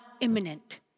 imminent